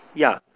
yeah